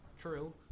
true